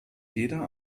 jeder